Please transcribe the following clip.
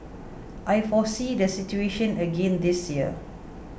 I foresee the situation again this year